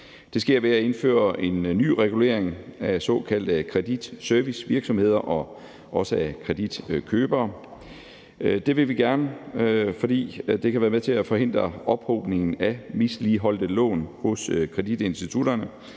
Det sker ved at indføre en ny regulering af såkaldte kreditservicevirksomheder og også af kreditkøbere. Det vil vi gerne, fordi det kan være med til at forhindre ophobningen af misligholdte lån hos kreditinstitutterne,